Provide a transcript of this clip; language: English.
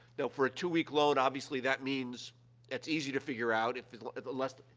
now, for a two week loan, obviously, that means that's easy to figure out. if less ah,